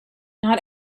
not